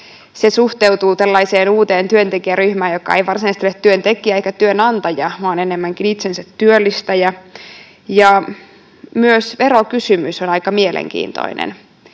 tällaiseen uuteen työntekijäryhmään, joka ei varsinaisesti ole työntekijä eikä työnantaja vaan enemmänkin itsensätyöllistäjä. Myös verokysymys on aika mielenkiintoinen.